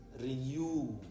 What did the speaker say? renew